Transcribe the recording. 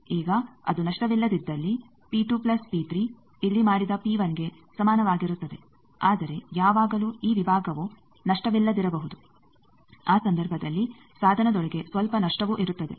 ಈಗ ಅದು ನಷ್ಟವಿಲ್ಲದಿದ್ದಲ್ಲಿ ಪ್ಲಸ್ ಇಲ್ಲಿ ಮಾಡಿದ ಗೆ ಸಮಾನವಾಗಿರುತ್ತದೆ ಆದರೆ ಯಾವಾಗಲೂ ಈ ವಿಭಾಗವು ನಷ್ಟವಿಲ್ಲದಿರಬಹುದು ಆ ಸಂದರ್ಭದಲ್ಲಿ ಸಾಧನದೊಳಗೆ ಸ್ವಲ್ಪ ನಷ್ಟವೂ ಇರುತ್ತದೆ